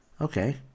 Okay